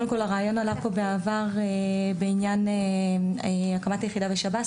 הרעיון עלה כבר בעבר בעניין הקמת היחידה בשירות בתי הסוהר